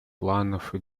планов